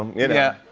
um yeah.